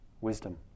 wisdom